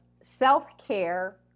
self-care